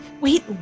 Wait